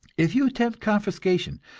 if you attempt confiscation,